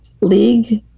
league